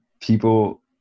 people